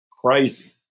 crazy